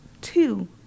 two